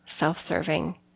self-serving